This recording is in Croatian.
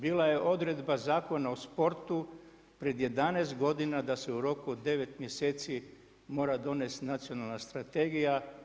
Bila je odredba Zakona o sportu, pred 11 g. da se u roku od 9 mjeseci, mora donesti nacionalna strategija.